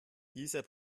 dieser